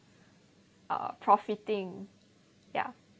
uh profiting ya